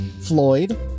Floyd